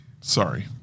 sorry